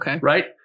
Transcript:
right